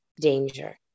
danger